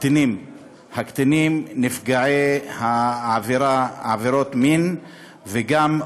הקטינים נפגעי עבירות מין וגם,